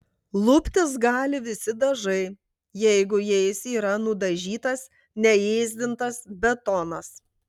luptis gali visi dažai jeigu jais yra nudažytas neėsdintas betonas